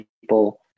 people